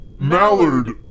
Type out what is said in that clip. mallard